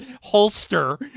holster